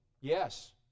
Yes